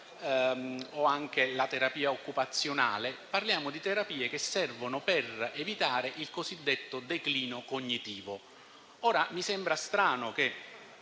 o anche la terapia occupazionale: parliamo di terapie che servono per evitare il cosiddetto declino cognitivo. Ora mi sembra strano che